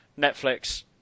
Netflix